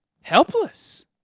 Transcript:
helpless